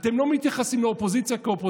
אתם לא מתייחסים לאופוזיציה כאל אופוזיציה,